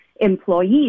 employees